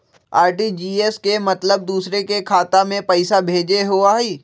RTGS के मतलब दूसरे के खाता में पईसा भेजे होअ हई?